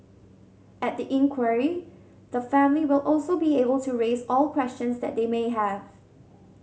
at the inquiry the family will also be able to raise all questions that they may have